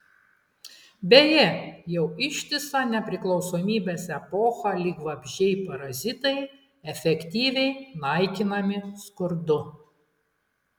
beje jau ištisą nepriklausomybės epochą lyg vabzdžiai parazitai efektyviai naikinami skurdu